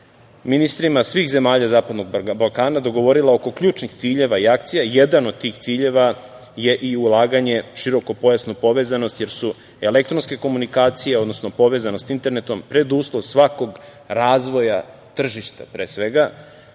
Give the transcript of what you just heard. ministrima svih zemalja Zapadnog Balkana dogovorila oko ključnih ciljeva i akcija. Jedan od tih ciljeva je ulaganje u širokopojasnu povezanost jer su elektronske komunikacije, odnosno povezanost internetom preduslov svakog razvoja tržišta pre svega